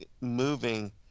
moving